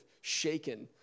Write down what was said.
shaken